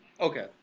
okay